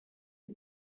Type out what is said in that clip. who